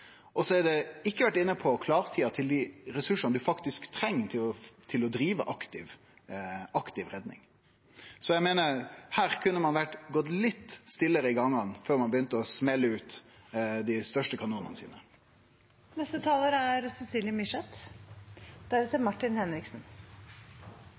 redning. Så eg meiner at her kunne ein gått litt stillare i gangane før ein begynte å smelle ut dei største kanonane sine. Det er